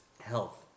health